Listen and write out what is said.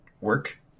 work